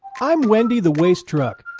i'm wendy the waste truck.